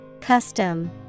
Custom